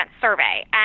survey